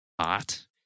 hot